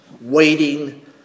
Waiting